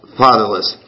fatherless